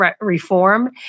reform